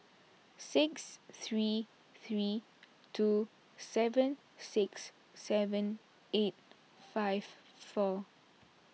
six three three two seven six seven eight five four